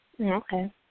Okay